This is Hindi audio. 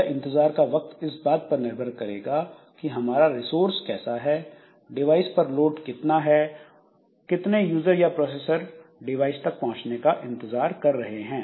यह इंतजार का वक्त इस बात पर निर्भर करेगा कि हमारा रिसोर्स कैसा है डिवाइस पर लोड कितना है कितने यूजर या प्रोसेसर इस डिवाइस तक पहुंचने का इंतजार कर रहे हैं